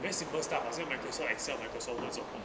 very simple stuff 好像 microsoft excel microsoft word 做工